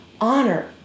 honor